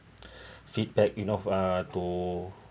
feedback you know uh to